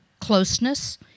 closeness